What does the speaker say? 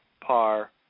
par